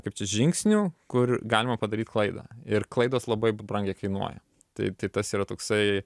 kaip čia žingsnių kur galima padaryt klaidą ir klaidos labai brangiai kainuoja taip tai tas yra toksai